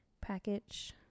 package